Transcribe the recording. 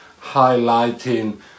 highlighting